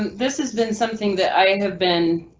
this has been something that i have been